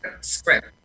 script